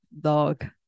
dog